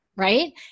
Right